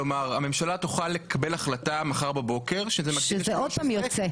כלומר הממשלה תוכל לקבל החלטה מחר בבוקר שזה --- שזה עוד פעם יוצא.